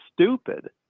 stupid